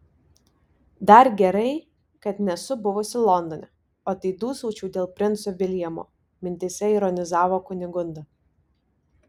dar gerai kad nesu buvusi londone o tai dūsaučiau dėl princo viljamo mintyse ironizavo kunigunda